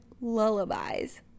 lullabies